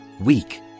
weak